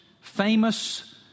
famous